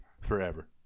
forever